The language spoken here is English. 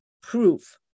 proof